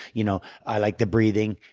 you know, i like the breathing.